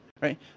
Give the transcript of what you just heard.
Right